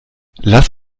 lass